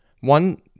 One